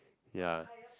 ya